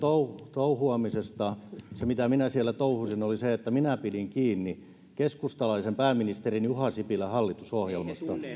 touhuamisesta se mitä minä siellä touhusin oli se että minä pidin kiinni keskustalaisen pääministerin juha sipilän hallitusohjelmasta